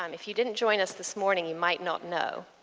um if you didn't join us this morning, you might not know.